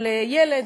ילד,